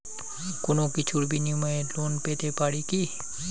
কোনো কিছুর বিনিময়ে লোন পেতে পারি কি?